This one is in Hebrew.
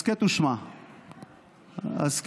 מה עכשיו,